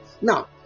Now